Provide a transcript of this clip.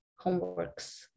homeworks